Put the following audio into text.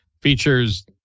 features